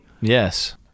Yes